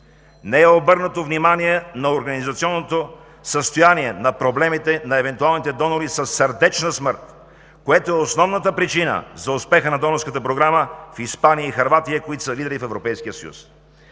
Не е обърнато внимание на организационното състояние на проблемите на евентуалните донори със сърдечна смърт, което е основната причина за успеха на донорската програма в Испания и в Хърватия, които са лидери в Европейския съюз.